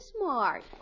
smart